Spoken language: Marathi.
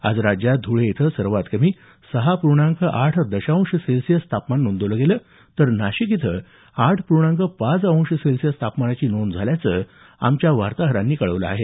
आज राज्यात धुळे इथं सर्वात कमी सहा पूर्णांक आठ दशांश सेल्सियस तापमान नोंदवलं गेलं तर नाशिक इथं आठ पूर्णांक पाच अंश सेल्सियस तापमानाची नोंद झाल्याचं आमच्या वार्ताहरानं कळवलं आहे